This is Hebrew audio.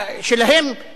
אם היה ייצוג הולם.